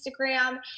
Instagram